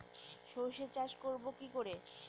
সর্ষে চাষ করব কি করে?